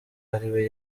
ariwe